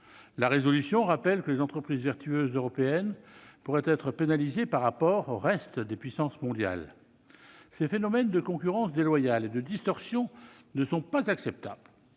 de résolution rappelle que les entreprises vertueuses européennes pourraient être pénalisées par rapport au reste des puissances mondiales. Ces phénomènes de concurrence déloyale et de distorsion ne sont pas acceptables.